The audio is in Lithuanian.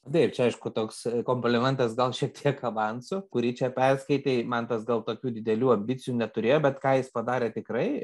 taip čia aišku toks komplimentas gal šiek tiek avansu kurį čia perskaitei mantas gal tokių didelių ambicijų neturėjo bet ką jis padarė tikrai